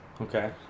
Okay